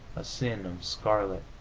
a sin of scarlet.